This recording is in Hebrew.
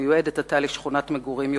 והיא מיועדת עתה לשכונת מגורים יוקרתית,